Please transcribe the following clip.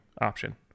option